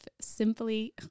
Simply